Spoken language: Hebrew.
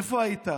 איפה היית?